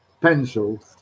pencil